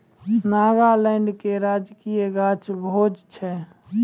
नागालैंडो के राजकीय गाछ भोज छै